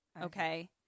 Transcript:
okay